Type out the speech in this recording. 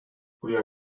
buraya